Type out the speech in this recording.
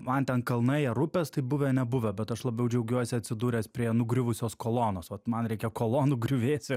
man ten kalnai ar upės tai buvę nebuvę bet aš labiau džiaugiuosi atsidūręs prie nugriuvusios kolonos vat man reikia kolonų griuvėsių